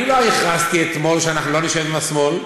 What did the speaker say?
אני לא הכרזתי אתמול שאנחנו לא נשב עם השמאל.